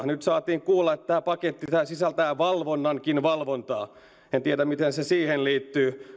nyt saatiin kuulla että tämä paketti sisältää valvonnankin valvontaa en tiedä miten se siihen liittyy välillä